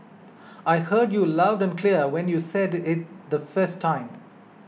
I heard you loud and clear when you said it the first time